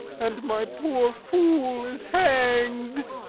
and my poor fool is hang'd!